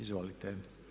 Izvolite.